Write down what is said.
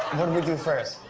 do first?